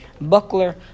buckler